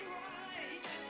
right